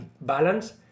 balance